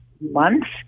months